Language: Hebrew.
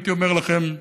הייתי אומר לכם,